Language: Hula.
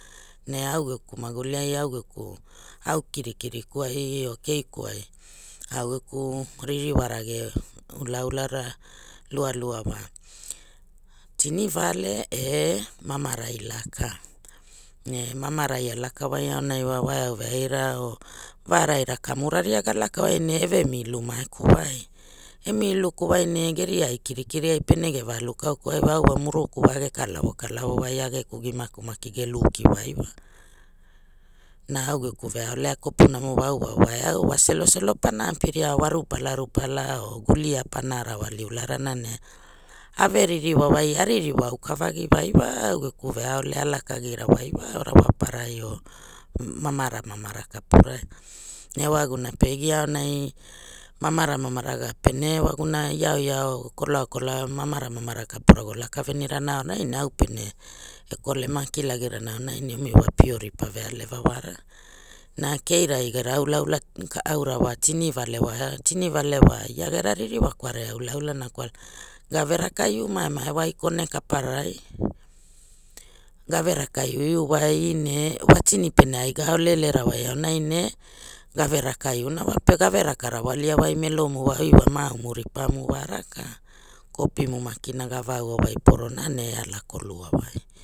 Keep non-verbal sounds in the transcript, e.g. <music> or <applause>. Ne augeku maguli ai au geku au kirikiri kuai or kekuai au geku ririwa rage ulaulara ulalua wa, tini vale e mamarai laka ne mamara a laka wai auna wa wa eau veaira or varaira kamura rio gave laka wai ne eve mluku mae ku wai e miluku wai ne geriai kirikiri ai pere geva alukau wai ne geria kirikiri ai pene geva alukau ku oi au wa maraku wa eve kalavo kalavo wai ageku himaku maki ge luk wai wa na augeku vealea kopuna <noise> rio wa au a eau wa seloselo pana apiria wa rupala rupala or gulia pana rawali ularana ne ave ririwa wai a ririwa aka vagi wai wa au geku veaole lakagira wai wa rawa parai or mamara mamara. Kapurai <noise> ewaguna pe gia aunai mamara mamara ga pene ewaguna iaoiao koloakoloa mamara mamara kapura <noise> go laka veni rana manai ne au pene e kolema akilagi rana aunai ne omi wa <noise> pio ripa vealeva wara na keira gera ulaula aura wa tini vale wa tini val wa ia gera ririwa kwarea ulaulana kwalana gave raka ia vaevae wai kone kaparai gave raka iuiu wai ne wa <noise> tini pene ai ga ao ula rana aonai ne gave raka iunawa pe gave raka rawalia wai melomu oima avauvu ripana wa raka kopina makina ga vava wai porona ne e ala kolua wai.